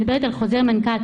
אני מדברת על חוזר מנכ"ל.